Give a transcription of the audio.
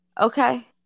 Okay